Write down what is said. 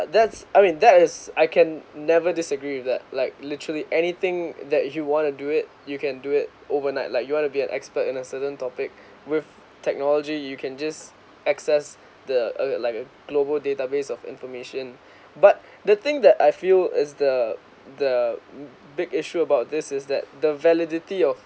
that's I mean that is I can never disagree with that like literally anything that you want to do it you can do it overnight like you want to be an expert in a certain topic with technology you can just access the uh like a global database of information but the thing that I feel is the the big issue about this is that the validity of